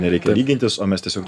nereikia lygintis o mes tiesiog